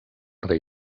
rei